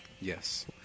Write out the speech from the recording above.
Yes